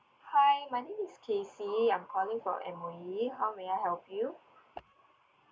hi my name is kaycy I'm calling from M_O_E how may I help you